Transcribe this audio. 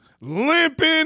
limping